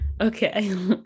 okay